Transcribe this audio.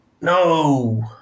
no